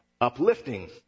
uplifting